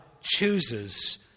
chooses